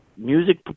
music